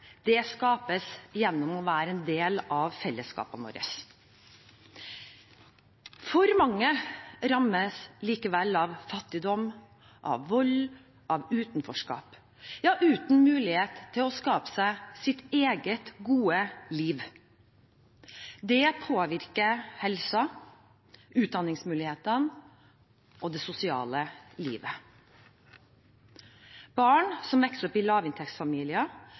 tilhørighet skapes gjennom å være en del av fellesskapet vårt. For mange rammes likevel av fattigdom, av vold, av utenforskap – uten mulighet til å skape seg sitt eget, gode liv. Det påvirker helsen, utdanningsmulighetene og det sosiale livet. Barn som vokser opp i lavinntektsfamilier,